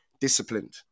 disciplined